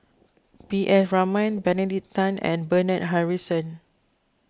P S Raman Benedict Tan and Bernard Harrison